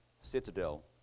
citadel